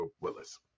Willis